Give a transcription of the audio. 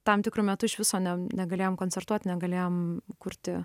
tam tikru metu iš viso negalėjom koncertuot negalėjom kurti